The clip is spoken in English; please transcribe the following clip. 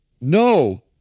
No